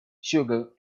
sugar